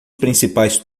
principais